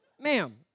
Ma'am